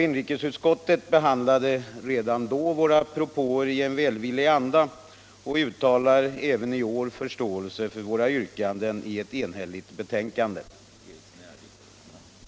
Inrikesutskottet behandlade redan då våra propåer i en välvillig anda och uttalar även i år förståelse för våra yrkanden i ett enhälligt betänkande.